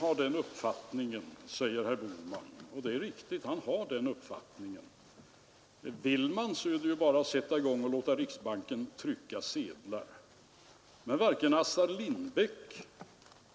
Av det här urklippet framgår vidare att noga räknat skall 13 enheter slaktas — det var ju rätt kvickt sagt — enligt de väldiga planerna.